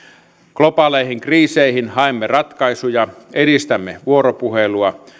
globaaleihin kriiseihin haemme ratkaisuja edistämme vuoropuhelua